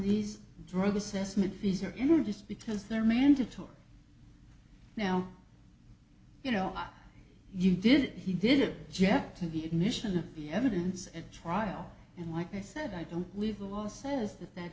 these drug assessment fees are in are just because they're mandatory now you know you did he did jack to the admission of the evidence at trial and like i said i don't believe the law says that